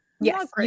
Yes